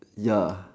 ya